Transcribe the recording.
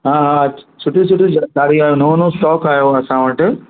हा हा सुठियूं सुठियूं ॾियारीअ जो नओं नओं स्टॉक आयो आहे असां वटि